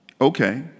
Okay